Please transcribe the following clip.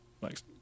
Thanks